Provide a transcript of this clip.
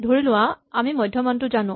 ধৰিলোৱা আমি মধ্যমানটো জানো